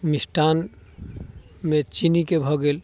मिष्ठान मे चीनीके भऽ गेल